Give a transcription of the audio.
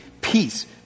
Peace